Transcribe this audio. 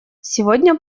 сегодня